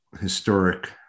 historic